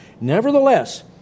Nevertheless